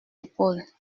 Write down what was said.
épaules